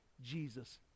Jesus